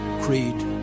creed